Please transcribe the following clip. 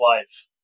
life